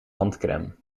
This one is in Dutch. handcrème